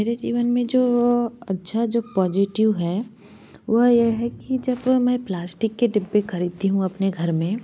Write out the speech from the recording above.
मेरे जीवन में जो अच्छा जो पॉजिटिव है वो यह है कि जब मैं प्लास्टिक के डिब्बे खरीदती हूँ अपने घर में